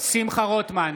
שמחה רוטמן,